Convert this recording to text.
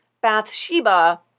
Bathsheba